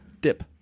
dip